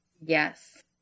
Yes